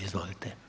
Izvolite.